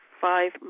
Five